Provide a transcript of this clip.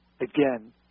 again